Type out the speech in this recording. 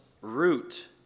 root